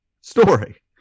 story